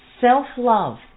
self-love